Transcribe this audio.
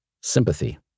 sympathy